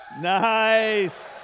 Nice